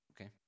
Okay